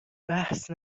بحث